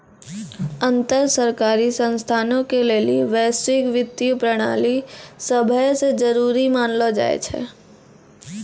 अन्तर सरकारी संस्थानो के लेली वैश्विक वित्तीय प्रणाली सभै से जरुरी मानलो जाय छै